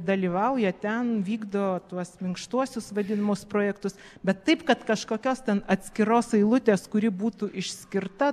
dalyvauja ten vykdo tuos minkštuosius vadinamus projektus bet taip kad kažkokios ten atskiros eilutės kuri būtų išskirta